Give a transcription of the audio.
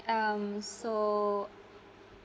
um so